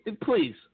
Please